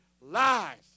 lies